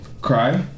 Cry